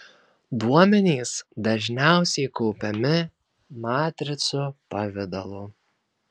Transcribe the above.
duomenys dažniausiai kaupiami matricų pavidalu